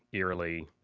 eerily,